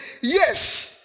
yes